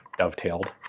dovetailed,